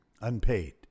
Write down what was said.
Unpaid